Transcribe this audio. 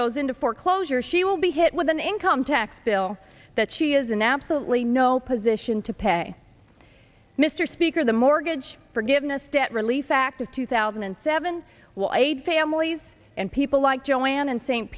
goes into foreclosure she will be hit with an income tax bill that she is in absolutely no position to pay mr speaker the mortgage forgiveness debt relief act of two thousand and seven will aid families and people like joanne and s